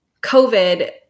COVID